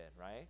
right